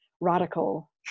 radical